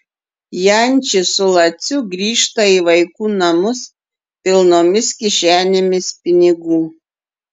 jančis su laciu grįžta į vaikų namus pilnomis kišenėmis pinigų